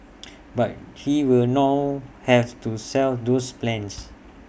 but he will now have to shelve those plans